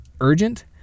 urgent